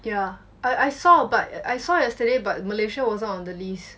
yeah I I saw but I saw yesterday but malaysia wasn't on the list